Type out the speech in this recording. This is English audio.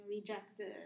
rejected